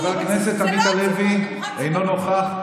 חבר הכנסת עמית הלוי, אינו נוכח.